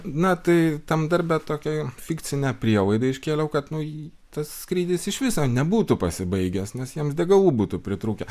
na tai tam darbe tokią fikcinę prielaidą iškėliau kad nu ji tas skrydis iš viso nebūtų pasibaigęs nes jiems degalų būtų pritrūkę